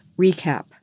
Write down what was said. recap